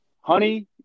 honey